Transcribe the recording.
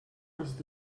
els